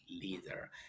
leader